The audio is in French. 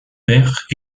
père